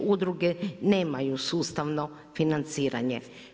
Udruge nemaju sustavno financiranje.